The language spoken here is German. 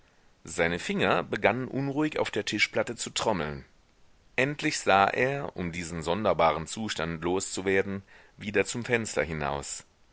seine finger begannen unruhig auf der tischplatte zu trommeln endlich sah er um diesen sonderbaren zustand loszuwerden wieder zum fenster hinaus